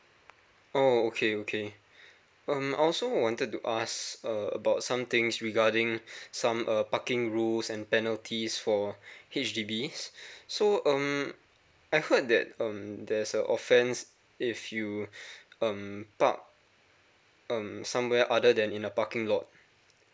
oh okay okay um I also wanted to ask uh about some things regarding some uh parking rules and penalties for H_D_B's so um I heard that um there's a offence if you um park um somewhere other than in a parking lot